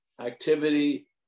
activity